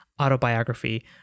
autobiography